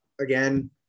again